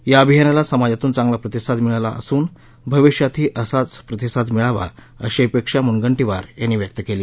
या अभियानाला समाजातून चांगला प्रतिसाद मिळाला असून भविष्यातही असाच प्रतिसाद मिळावा अशी अपेक्षा मुनगंटीवार यांनी व्यक्त केली